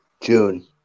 June